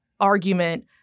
Argument